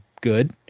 good